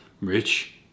rich